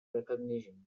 recognition